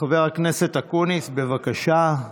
חבר הכנסת אקוניס, בבקשה.